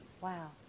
Wow